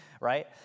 right